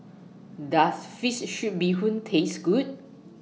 Does Fish Soup Bee Hoon Taste Good